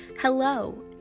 Hello